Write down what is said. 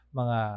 mga